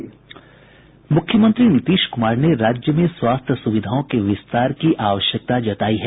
मुख्यमंत्री नीतीश कुमार ने राज्य में स्वास्थ्य सुविधाओं के विस्तार की आवश्यकता जतायी है